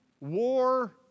war